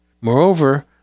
Moreover